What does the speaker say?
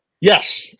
yes